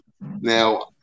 Now